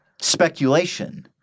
speculation